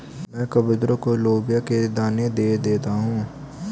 मैं कबूतरों को लोबिया के दाने दे देता हूं